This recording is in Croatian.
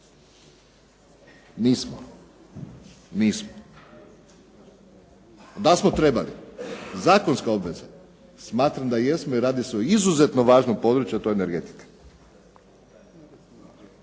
Nismo. Nismo. Da smo trebali, zakonska obveza, smatram da jesmo i radi se o izuzetno važnom području, a to je energetika.